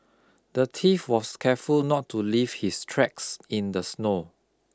the thief was careful not to leave his tracks in the snow